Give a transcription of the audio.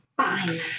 Fine